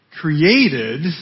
created